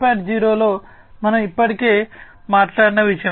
0 సందర్భంలో మనం ఇప్పటికే మాట్లాడిన విషయం